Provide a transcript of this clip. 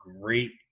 great –